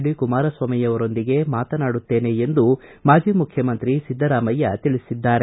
D ಕುಮಾರಸ್ವಾಮಿಯವರೊಂದಿಗೆ ಮಾತನಾಡುತ್ತೇನೆ ಎಂದು ಮಾಜಿ ಮುಖ್ಯಮಂತ್ರಿ ಸಿದ್ದರಾಮಯ್ಯ ತಿಳಿಸಿದ್ದಾರೆ